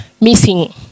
missing